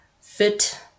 Fit